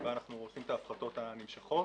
ובה אנחנו עושים את ההפחתות הנמשכות.